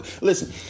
Listen